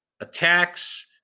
attacks